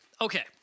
Okay